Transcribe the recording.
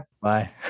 Bye